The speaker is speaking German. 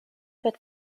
wird